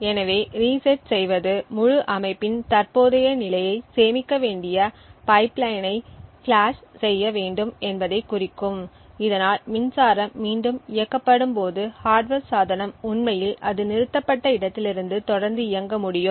எனவே ரீசெட் செய்வது முழு அமைப்பின் தற்போதைய நிலையைச் சேமிக்க வேண்டிய பைப்லைனைப் பிளஷ் செய்ய வேண்டும் என்பதைக் குறிக்கும் இதனால் மின்சாரம் மீண்டும் இயக்கப்படும் போது ஹார்ட்வர் சாதனம் உண்மையில் அது நிறுத்தப்பட்ட இடத்திலிருந்து தொடர்ந்து இயங்க முடியும்